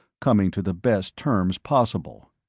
coming to the best terms possible.